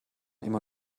immer